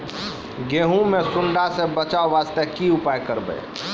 गहूम के सुंडा से बचाई वास्ते की उपाय करबै?